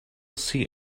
see